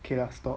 K lah stop